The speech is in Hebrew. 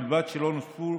ובלבד שלא נוספו